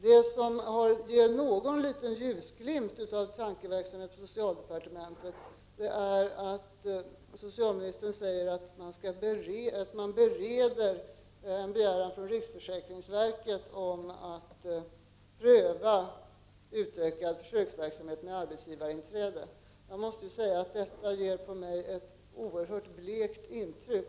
Det som innebär någon liten ljusglimt och ger något hopp om tankeverksamhet på socialdepartementet är att socialministern säger att man bereder en begäran från riksförsäkringsverket om att pröva utökad försöksverksamhet med arbetsgivarinträde. Detta gör på mig ett oerhört blekt intryck.